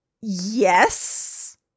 yes